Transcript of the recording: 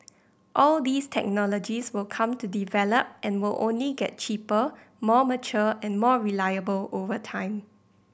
all these technologies will come to develop and will only get cheaper more mature and more reliable over time